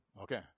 Okay